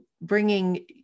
bringing